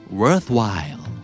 worthwhile